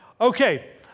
okay